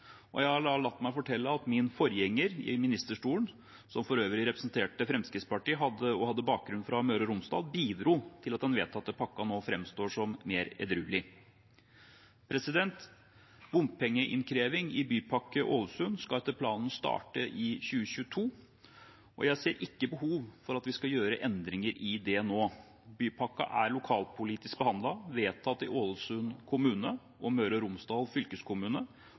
ramme. Jeg har latt meg fortelle at min forgjenger i ministerstolen, som for øvrig representerte Fremskrittspartiet og hadde bakgrunn fra Møre og Romsdal, bidro til at den vedtatte pakken nå framstår som mer edruelig. Bompengeinnkreving i Bypakke Ålesund skal etter planen starte i 2022, og jeg ser ikke behov for at vi skal gjøre endringer i det nå. Bypakken er lokalpolitisk behandlet, vedtatt i Ålesund kommune og Møre og Romsdal fylkeskommune,